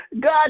God